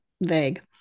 vague